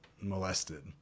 molested